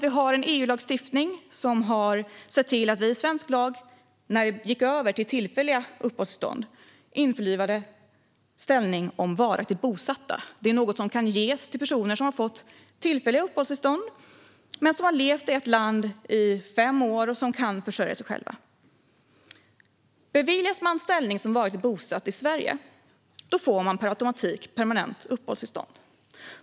Vi har en EU-lagstiftning som har gjort att när vi gick över till tillfälliga uppehållstillstånd fick vi i svensk lag införliva att man kunde ha ställning som varaktigt bosatt. Det är något som kan ges till personer som har fått tillfälliga uppehållstillstånd men som har levt i ett land i fem år och som kan försörja sig själva. Om man i Sverige beviljas ställning som varaktigt bosatt får man per automatik permanent uppehållstillstånd.